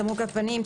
"תמרוק לפנים",